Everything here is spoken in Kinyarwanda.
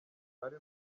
ari